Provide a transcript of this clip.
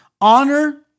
honor